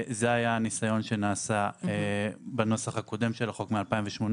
זה היה הניסיון שנעשה בנוסח הקודם של החוק מ-2018,